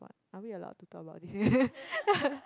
are we allowed to talk about this